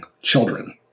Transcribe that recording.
children